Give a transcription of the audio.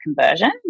conversion